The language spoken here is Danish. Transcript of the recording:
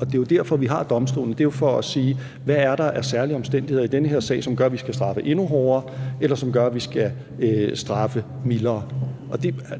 Det er jo derfor, vi har domstolene. Det er jo for at sige, at hvad er der af særlige omstændigheder i den her sag, som gør, at vi skal straffe endnu hårdere, eller som gør, at vi skal straffe mildere.